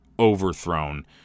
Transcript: overthrown